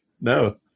no